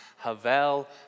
Havel